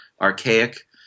archaic